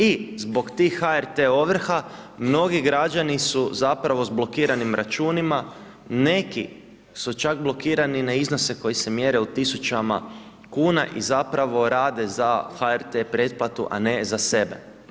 I zbog tih HRT ovrha, mnogi građani su zapravo s blokiranim računima, neki su čak blokirani na iznose koji se mjere u tisućama kuna i zapravo rade za HRT pretplatu a ne za sebe.